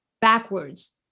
backwards